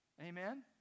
Amen